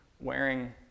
wearing